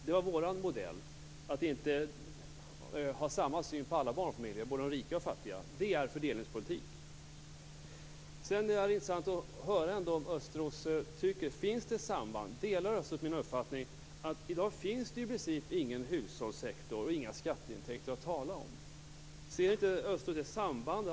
Det var vår modell: att inte ha samma syn på alla barnfamiljer, både rika och fattiga. Det är fördelningspolitik. Sedan vore det intressant att höra om Östros delar min uppfattning att det i dag i princip inte finns någon hushållssektor och inga skatteintäkter att tala om. Ser inte Östros det här sambandet?